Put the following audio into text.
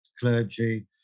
clergy